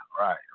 right